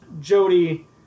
Jody